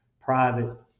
private